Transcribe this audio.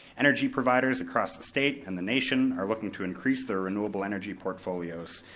energy providers across the state and the nation are looking to increase their renewable energy portfolios.